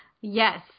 Yes